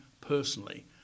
personally